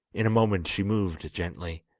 in a moment she moved gently,